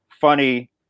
funny